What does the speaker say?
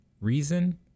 Reason